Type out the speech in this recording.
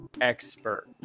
expert